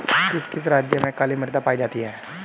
किस किस राज्य में काली मृदा पाई जाती है?